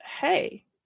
hey